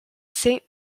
saint